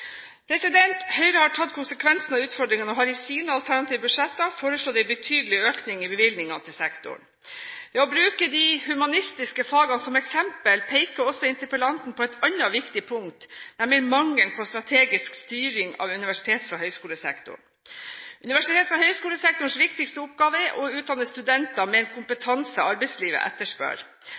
Høyre har tatt konsekvensen av utfordringen og har i sine alternative budsjetter foreslått en betydelig økning i bevilgningene til sektoren. Ved å bruke de humanistiske fagene som eksempel, peker også interpellanten på et annet viktig punkt, nemlig mangelen på strategisk styring av universitets- og høyskolesektoren. Universitets- og høyskolesektorens viktigste oppgave er å utdanne studenter med en kompetanse arbeidslivet etterspør.